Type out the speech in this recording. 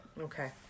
Okay